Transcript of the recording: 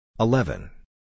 Eleven